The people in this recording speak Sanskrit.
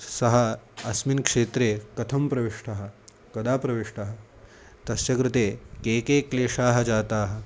सः अस्मिन् क्षेत्रे कथं प्रविष्टः कदा प्रविष्टः तस्य कृते के के क्लेशाः जाताः